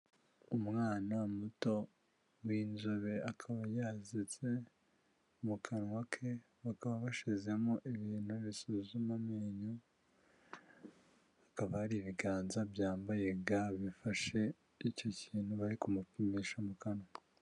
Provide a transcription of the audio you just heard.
Umwana muto w'inzobe akaba yasetse mu kanwa ke bakaba bashyizemo ibintu bisuzuma amenyo, hakaba hari ibiganza byambaye ga bifashe icyo kintu bari kumupimisha mu kanwa.